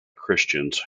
christians